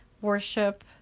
worship